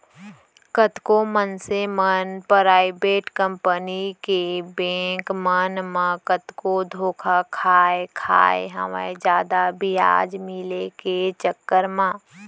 कतको मनसे मन पराइबेट कंपनी के बेंक मन म कतको धोखा खाय खाय हवय जादा बियाज मिले के चक्कर म